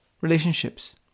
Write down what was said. relationships